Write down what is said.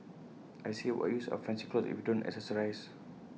I say what use are fancy clothes if you don't accessorise